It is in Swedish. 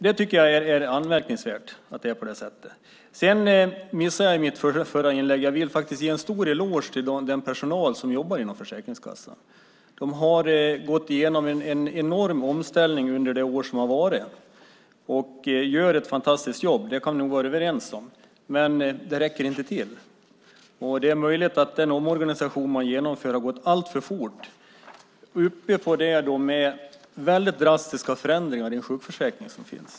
Jag tycker att det är anmärkningsvärt att det är på det sättet. Jag missade det i mitt förra inlägg, men jag vill ge en stor eloge till den personal som jobbar inom Försäkringskassan. De har gått igenom en enorm omställning under det år som har varit och gör ett fantastiskt jobb. Det kan vi nog vara överens om. Men det räcker inte till. Det är möjligt att den omorganisation man genomför har gått alltför fort, och ovanpå det väldigt drastiska förändringar i sjukförsäkringen.